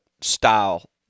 style